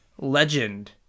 legend